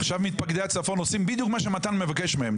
עכשיו מתפקדי הצפון עושים בדיוק מה שמתן מבקש מהם.